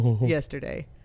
yesterday